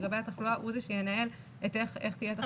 הוא זה שינהל איך תהיה התחלואה.